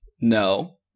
No